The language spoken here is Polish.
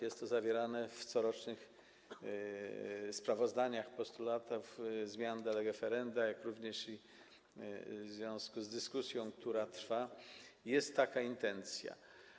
Jest to zawierane w corocznych sprawozdaniach, są postulaty zmian de lege ferenda, również w związku z dyskusją, która trwa, jest taka intencja.